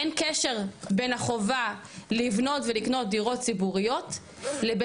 אין קשר בין החובה לבנות ולקנות דירות ציבוריות לבין